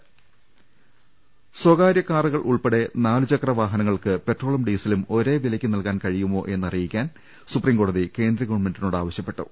രുട്ടിട്ട്ട്ട്ട്ട്ട സ്വകാരൃ കാറുകൾ ഉൾപ്പെടെ നാലുചക്ര വാഹനങ്ങൾക്ക് പെട്രോളും ഡീസലും ഒരേവിലയ്ക്ക് നൽകാൻ കഴിയുമോഎന്ന് അറിയിക്കാൻ സുപ്രീം കോടതി കേന്ദ്ര ഗവൺമെന്റിനോട് ആവശ്യപ്പെട്ടു